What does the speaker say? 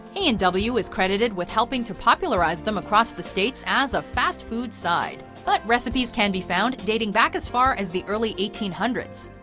a and w is credited with helping to popularize them across the states as a fast-food side, but recipes can be found dating back as far as the early hundreds.